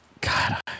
God